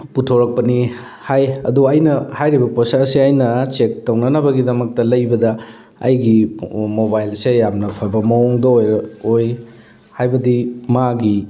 ꯄꯨꯊꯣꯔꯛꯄꯅꯤ ꯍꯥꯏ ꯑꯗꯣ ꯑꯩꯅ ꯍꯥꯏꯔꯤꯕ ꯄꯣꯠꯁꯛ ꯑꯁꯦ ꯑꯩꯅ ꯆꯦꯛ ꯇꯧꯅꯅꯕꯒꯤꯗꯃꯛꯇ ꯂꯩꯕꯗ ꯑꯩꯒꯤ ꯃꯣꯕꯥꯏꯜꯁꯦ ꯌꯥꯝꯅ ꯐꯕ ꯃꯑꯣꯡꯗꯣ ꯑꯣꯏ ꯍꯥꯏꯕꯗꯤ ꯃꯥꯒꯤ